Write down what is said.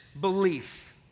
belief